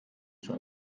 zur